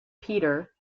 peter